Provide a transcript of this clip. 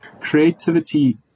creativity